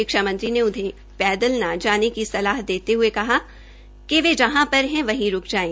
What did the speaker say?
शिक्षा मंत्री ने उन्हें पैदल न जाने की सलाह देते हये कहा कि कि वे जहां पर है वहीं रूक जाये